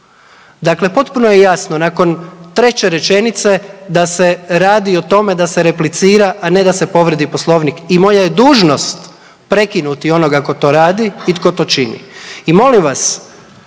Dakle, potpuno je jasno nakon treće rečenice da se radi o tome da se replicira, a ne da se povrijedi poslovnik i moja je dužnost prekinuti onoga ko to radi i tko to čini. I molim vas